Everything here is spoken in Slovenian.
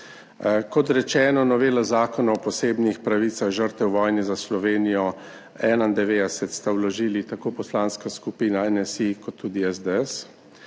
Kot rečeno, novelo Zakona o posebnih pravicah žrtev vojne za Slovenijo 1991 sta vložili tako Poslanska skupina NSi kot tudi SDS.